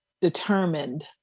determined